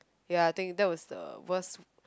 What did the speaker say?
ya I think that was the worst